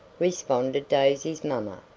responded daisy's mamma.